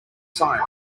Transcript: sign